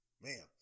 man